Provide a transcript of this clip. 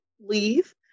leave